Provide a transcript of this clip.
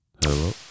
Hello